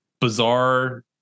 bizarre